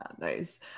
Nice